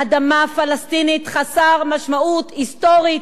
"אדמה פלסטינית" חסר משמעות היסטורית,